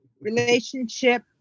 relationship